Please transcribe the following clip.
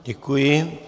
Děkuji.